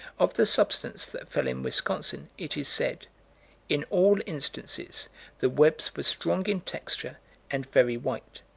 of the substance that fell in wisconsin, it is said in all instances the webs were strong in texture and very white.